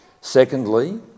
Secondly